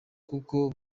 kuko